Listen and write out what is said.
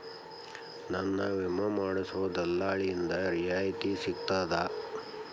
ನನ್ನ ವಿಮಾ ಮಾಡಿಸೊ ದಲ್ಲಾಳಿಂದ ರಿಯಾಯಿತಿ ಸಿಗ್ತದಾ?